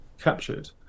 captured